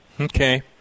Okay